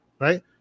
right